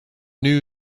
new